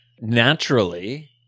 naturally